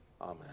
Amen